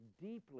deeply